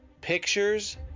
pictures